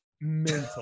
mental